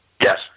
Yes